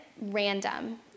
random